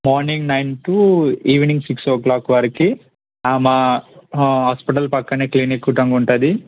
morning nine to evening six o'clock వరకు మా hospital పక్కనే క్లినిక్ కూడా ఉంటుంది